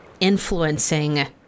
influencing